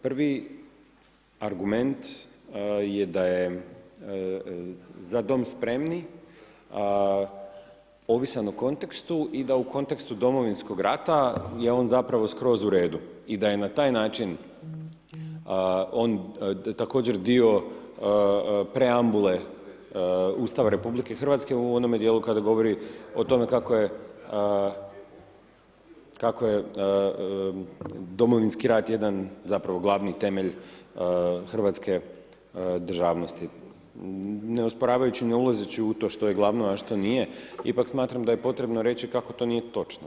Prvi argument je da je „Za dom spremni“ ovisan o kontekstu i da u kontekstu Domovinskog rata je on zapravo skroz u redu i da je na taj način on također dio preambule Ustava RH u onome dijelu kada govori o tome kako je Domovinski rat jedan zapravo glavni temelj hrvatske državnosti, ne osporavajući, ne ulazeći u to što je glavno, a što nije, ipak smatram da je potrebno reći kako to nije točno.